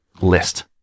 list